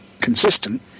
consistent